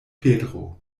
petro